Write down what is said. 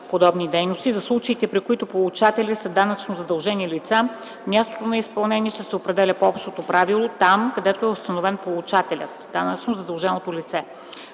подобни дейности. За случаите, при които получатели са данъчно задължени лица, мястото на изпълнение ще се определя по общото правило – там, където е установен получателят